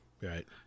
Right